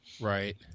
Right